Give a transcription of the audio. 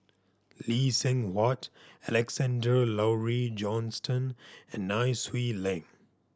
Lee Seng Huat Alexander Laurie Johnston and Nai Swee Leng